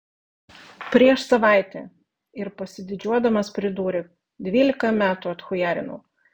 prieš savaitę ir pasididžiuodamas pridūrė dvylika metų atchujarinau